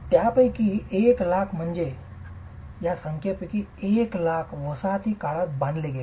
आणि त्यापैकी 100000 म्हणजेच या संख्येपैकी 1 लाख वसाहती काळात बांधले गेले